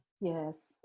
Yes